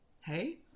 hey